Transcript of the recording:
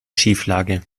schieflage